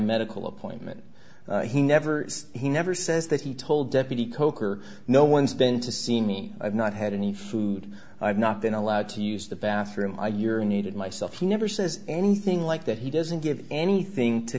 medical appointment he never says he never says that he told deputy kolker no one's been to see me i've not had any food i've not been allowed to use the bathroom i urinated myself he never says anything like that he doesn't give anything to